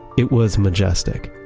it was majestic.